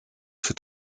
für